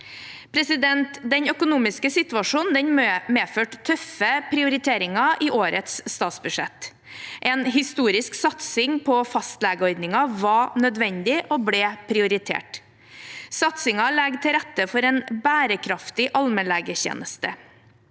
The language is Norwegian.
vårt. Den økonomiske situasjonen medførte tøffe prioriteringer i årets statsbudsjett. En historisk satsing på fastlegeordningen var nødvendig og ble prioritert. Satsingen legger til rette for en bærekraftig allmennlegetjeneste.